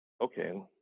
Okay